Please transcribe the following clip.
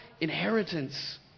inheritance